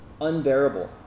unbearable